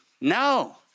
No